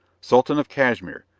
sultan of cashmere,